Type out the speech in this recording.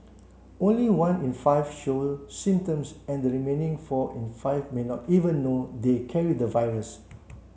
only one in five show symptoms and the remaining four in five may not even know they carry the virus